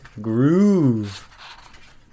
groove